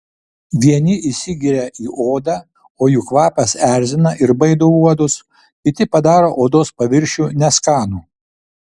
vieni įsigeria į odą o jų kvapas erzina ir baido uodus kiti padaro odos paviršių neskanų